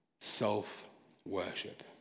self-worship